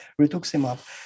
rituximab